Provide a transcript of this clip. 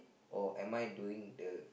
or am I doing the